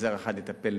שבמגזר אחד יטפלו